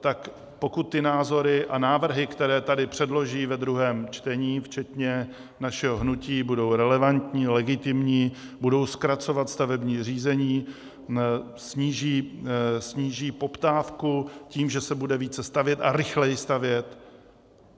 tak pokud ty názory a návrhy, které tady předloží ve druhém čtení včetně našeho hnutí, budou relevantní, legitimní, budou zkracovat stavební řízení, sníží poptávku tím, že se bude více stavět a rychleji stavět,